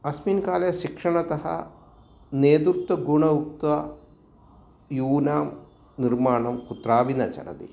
अस्मिन्काले शिक्षणतः नेतृत्वगुणम् उक्त्वा यूनां निर्माणं कुत्रापि न चलति